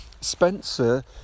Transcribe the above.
Spencer